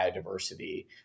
biodiversity